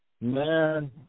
Man